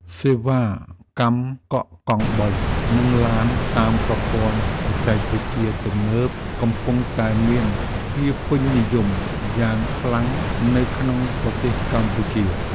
សេវាកម្មកក់កង់បីនិងឡានតាមប្រព័ន្ធបច្ចេកវិទ្យាទំនើបកំពុងតែមានភាពពេញនិយមយ៉ាងខ្លាំងនៅក្នុងប្រទេសកម្ពុជា។